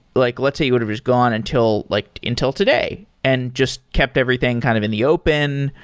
like let's say you would've just gone until like intel today and just kept everything kind of in the open.